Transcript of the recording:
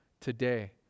today